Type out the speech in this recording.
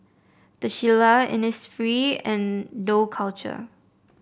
The Shilla Innisfree and Dough Culture